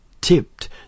tipped